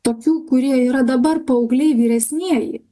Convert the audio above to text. tokių kurie yra dabar paaugliai vyresnieji